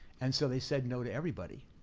and so they said no to everybody,